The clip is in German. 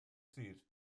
sieht